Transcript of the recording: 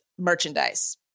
Merchandise